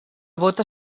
bota